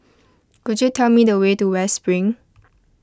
could you tell me the way to West Spring